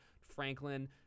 Franklin